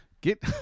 Get